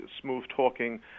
smooth-talking